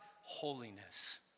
holiness